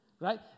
right